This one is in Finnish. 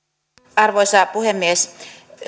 arvoisa puhemies